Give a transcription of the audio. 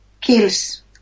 kills